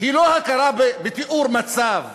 היא לא הכרה בתיאור מצב